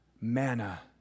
manna